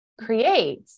create